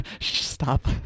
Stop